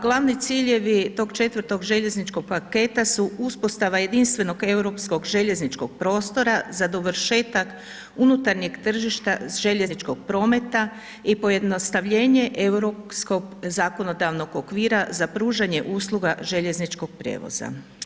Glavni ciljevi tog četvrtog željezničkog paketa, su uspostava jedinstvenog europskog željezničkog prostora, za dovršetak unutarnjeg tržišta željezničkog prometa i pojednostavljenje europskog zakonodavnog okvira, za pružanje usluga željezničkog prijevoza.